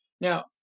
Now